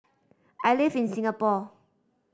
I live in Singapore